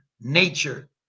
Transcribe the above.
nature